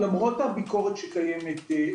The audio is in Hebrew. למרות הביקורת שקיימת,